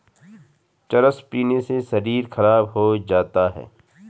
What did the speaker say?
चरस पीने से शरीर खराब हो जाता है